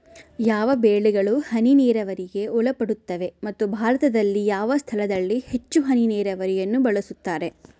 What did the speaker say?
ಯಾವ ಬೆಳೆಗಳು ಹನಿ ನೇರಾವರಿಗೆ ಒಳಪಡುತ್ತವೆ ಮತ್ತು ಭಾರತದಲ್ಲಿ ಯಾವ ಸ್ಥಳದಲ್ಲಿ ಹೆಚ್ಚು ಹನಿ ನೇರಾವರಿಯನ್ನು ಬಳಸುತ್ತಾರೆ?